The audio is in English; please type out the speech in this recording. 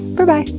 berbye.